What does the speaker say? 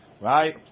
right